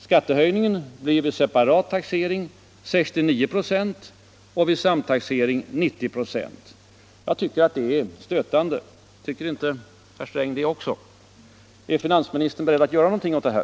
Skattehöjningen blir vid separat taxering 69 96 och vid samtaxering 90 96. Jag tycker att det är stötande. Tycker inte herr Sträng det också? Är finansministern beredd att göra någonting åt det här?